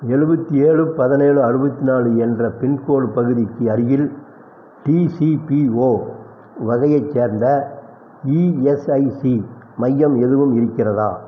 எழுவத்தி ஏழு பதினேழு அறுபத்தினாலு என்ற பின்கோடு பகுதிக்கு அருகில் டிசிபிஒ வகையைச் சேர்ந்த இஎஸ்ஐசி மையம் எதுவும் இருக்கிறதா